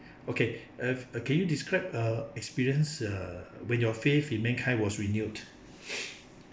okay uh can you describe a experience uh when your faith in mankind was renewed